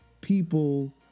people